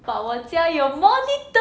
but 我家有 monitor